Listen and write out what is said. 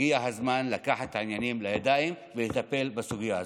הגיע הזמן לקחת את העניינים לידיים ולטפל בסוגיה הזאת.